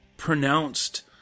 pronounced